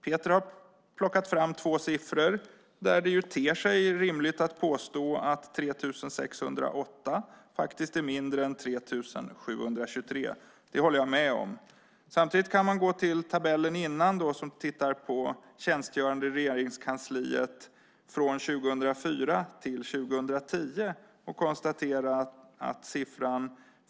Peter har plockat fram två siffror om vilka det ter sig rimligt att påstå att 3 608 är mindre än 3 723 - det håller jag med om. Samtidigt kan man titta på tabellen innan över tjänstgörande i Regeringskansliet från år 2004 till år 2010.